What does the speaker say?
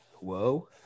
Whoa